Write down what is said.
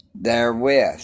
therewith